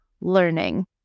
learning